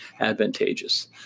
advantageous